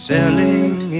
Selling